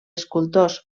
escultors